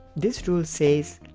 this rule says,